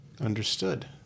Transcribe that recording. understood